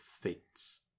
fates